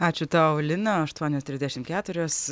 ačiū tau lina aštuonios trisdešimt keturios